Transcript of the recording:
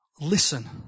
listen